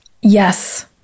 yes